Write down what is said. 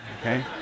okay